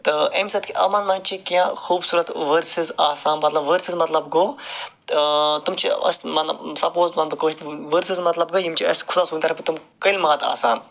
تہٕ اَمہِ سۭتۍ کہِ یِمَن منٛز چھِ کیٚنٛہہ خوٗبصوٗرَت ؤرسٕز آسان مطلب ؤرسٕز مطلب گوٚو تِم چھِ أسۍ مطلب سَپوز وَنہٕ بہٕ کٲشٕر ؤرسٕز مطلب گٔے یِم چھِ اَسہِ خُدا صوبنہِ طرفہٕ تِم کلمات آسان